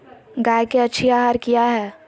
गाय के अच्छी आहार किया है?